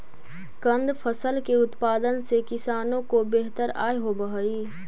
कंद फसल के उत्पादन से किसानों को बेहतर आय होवअ हई